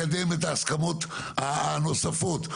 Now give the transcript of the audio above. לקדם את ההסכמות הנוספות.